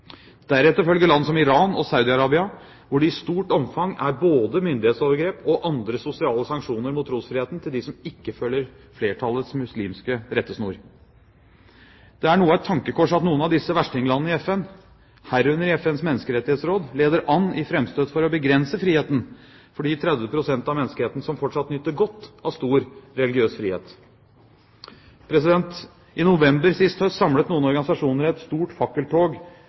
Deretter følger land som Iran og Saudi-Arabia, hvor det i stort omfang er både myndighetsovergrep og andre sosiale sanksjoner mot trosfriheten til dem som ikke følger flertallets muslimske rettesnor. Det er noe av et tankekors at noen av disse verstinglandene i FN, herunder i FNs menneskerettighetsråd, leder an i framstøt for å begrense friheten for de 30 pst. av menneskeheten som fortsatt nyter godt av stor religiøs frihet. I november sist høst samlet noen organisasjoner et stort fakkeltog